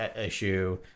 issue